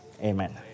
Amen